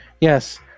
yes